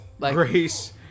grace